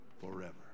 forever